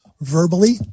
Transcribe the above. verbally